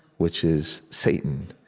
which is satan.